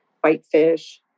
Whitefish